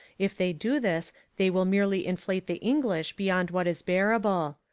if they do this they will merely inflate the english beyond what is bearable.